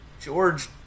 George